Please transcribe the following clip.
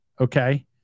okay